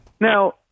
Now